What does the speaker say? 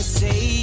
say